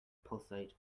pulsate